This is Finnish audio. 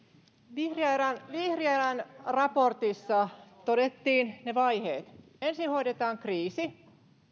vihriälän vihriälän raportissa todettiin ne vaiheet ensin hoidetaan kriisi